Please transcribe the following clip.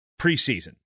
preseason